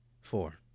four